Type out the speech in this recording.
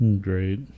Great